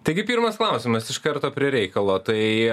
taigi pirmas klausimas iš karto prie reikalo tai